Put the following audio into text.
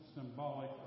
symbolic